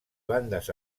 bandes